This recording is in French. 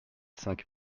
cinq